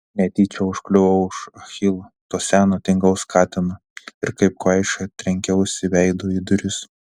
netyčia užkliuvau už achilo to seno tingaus katino ir kaip kvaiša trenkiausi veidu į duris